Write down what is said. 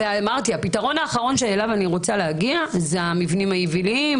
הפתרון האחרון שאליו אני רוצה להגיע זה המבנים היבילים,